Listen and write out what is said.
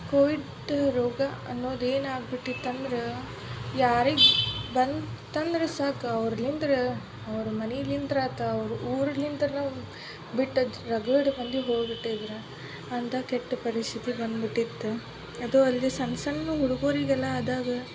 Covid ರೋಗ ಅನ್ನೋದು ಏನಾಗಿಬಿಟ್ಟಿತ್ತು ಅಂದ್ರೆ ಯಾರಿಗೂ ಬಂತಂದ್ರೆ ಸಾಕು ಅವ್ರ್ಲಿಂದ್ರ ಅವ್ರ ಮನೆಲಿಂತ ಆತು ಅವ್ರ ಊರ್ಲಿಂತ್ರ ನಾವು ಬಿಟ್ಟಿದ್ರೆ ರಗಡ್ ಮಂದಿ ಹೋಗಿ ಬಿಟ್ಟಿದ್ರು ಅಂಥ ಕೆಟ್ಟ ಪರಿಸ್ಥಿತಿ ಬಂದು ಬಿಟ್ಟಿತ್ತು ಅದೂ ಅಲ್ಲದೆ ಸಣ್ಣ ಸಣ್ಣ ಹುಡುಗರಿಗೆಲ್ಲ ಅದಾದ